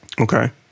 Okay